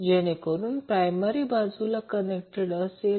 जेणेकरून तो प्रायमरी बाजूला कनेक्टेड असेल